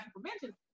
prevention